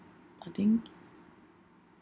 I think